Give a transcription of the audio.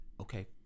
okay